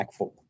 impactful